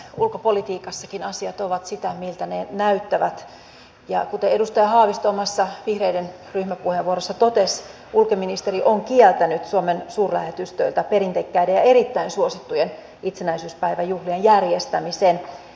ulkopolitiikassakin asiat ovat sitä miltä ne näyttävät ja kuten edustaja haavisto vihreiden ryhmäpuheenvuorossa totesi ulkoministeri on kieltänyt suomen suurlähetystöiltä perinteikkäiden ja erittäin suosittujen itsenäisyyspäiväjuhlien järjestämisen